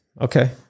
Okay